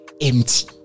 empty